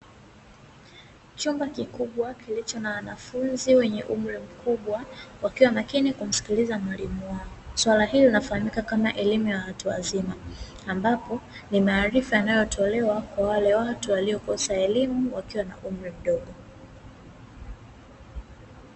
Chumba kikubwa kilicho na wanafunzi wenye umri mkubwa, wakiwa makini kumsikiliza mwalimu wao. Swala hili linafahamiaka kama elimu ya watu wazima, ambapo ni maarifa yanayotolewa kwa wale watu waliokosa elimu, wakiwa na umri mdogo.